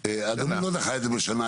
אדוני לא דחה את זה בשנה,